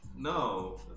No